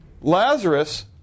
Lazarus